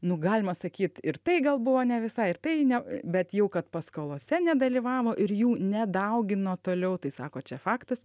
nu galima sakyt ir tai gal buvo ne visai ir tai ne bet jau kad paskolose nedalyvavo ir jų nedaugino toliau tai sako čia faktas